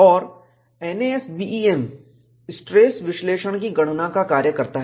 और NASBEM stress विश्लेषण की गणना का कार्य करता है